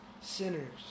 sinners